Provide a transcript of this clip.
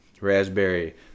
raspberry